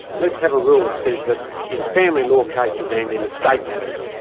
let's have a rule that says that in family law cases and in state matters,